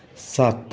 सात